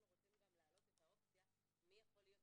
רוצים להעלות את האופציה של מי רשאי.